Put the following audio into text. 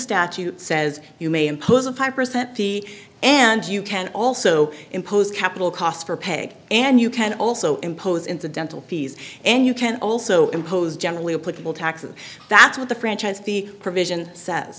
statute says you may impose a five percent fee and you can also impose capital costs for pay and you can also impose incidental fees and you can also impose generally applicable taxes that's what the franchise fee provision says